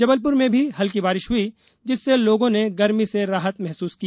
जबलपुर में भी हल्की बारिश हई जिससे लोगों ने गर्मी से राहत महसूस की